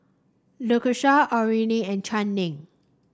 Lakesha Orene and Channing